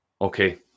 Okay